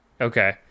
Okay